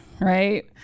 right